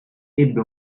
ebbe